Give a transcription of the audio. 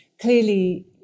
clearly